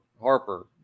Harper